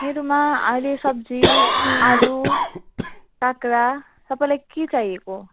मेरोमा अहिले सब्जी आलु काँक्रा तपाईँलाई के चाहिएको